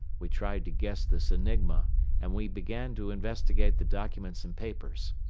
we tried to guess this enigma and we began to investigate the documents and papers.